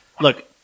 Look